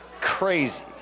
crazy